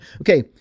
Okay